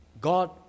God